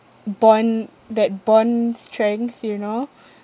bond that bond strength you know